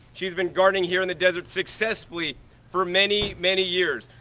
she's been gardening here in the desert successfully for many many years.